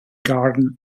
garden